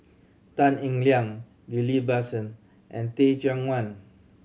Tan Eng Liang Ghillie Basan and Teh Cheang Wan